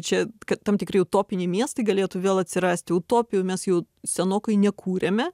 čia kad tam tikri utopiniai miestai galėtų vėl atsirasti utopijų mes jau senokai nekūrėme